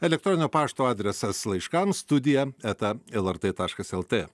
elektroninio pašto adresas laiškams studija eta lrt taškas lt